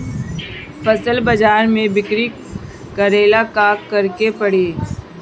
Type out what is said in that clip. फसल बाजार मे बिक्री करेला का करेके परी?